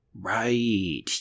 Right